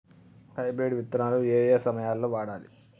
Hybrid విత్తనాలు ఏయే సమయాల్లో వాడాలి?